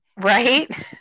Right